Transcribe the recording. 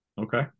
Okay